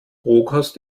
rohkost